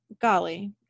golly